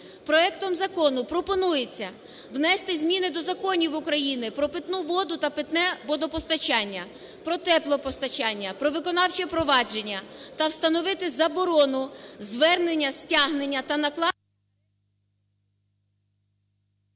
Проектом закону пропонується внести зміни до законів України про питну воду та питне водопостачання, про теплопостачання, про виконавче провадження. Та встановити заборону звернення, стягнення та… ГОЛОВУЮЧИЙ.